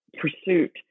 pursuit